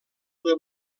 del